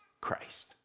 Christ